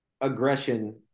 aggression